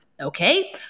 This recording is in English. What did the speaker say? Okay